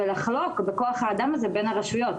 ולחלוק בכוח האדם הזה בין הרשויות,